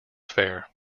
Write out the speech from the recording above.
fair